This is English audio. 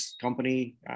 company